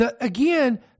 again